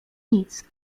nic